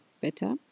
better